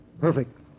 Perfect